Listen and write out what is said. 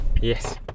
Yes